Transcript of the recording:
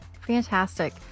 fantastic